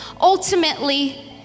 Ultimately